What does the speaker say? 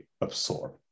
absorb